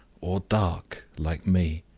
or dark, like me?